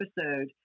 episode